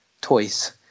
toys